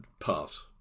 Pass